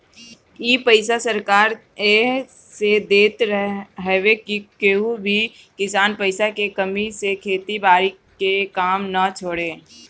इ पईसा सरकार एह से देत हवे की केहू भी किसान पईसा के कमी से खेती बारी के काम ना छोड़े